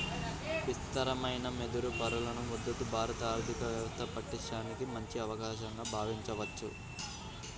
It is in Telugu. విస్తారమైన వెదురు వనరుల మద్ధతు భారత ఆర్థిక వ్యవస్థ పటిష్టానికి మంచి అవకాశంగా భావించవచ్చు